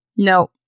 No